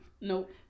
Nope